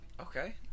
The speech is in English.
Okay